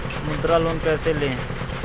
मुद्रा लोन कैसे ले?